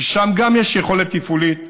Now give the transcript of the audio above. שגם שם יש יכולת תפעולית.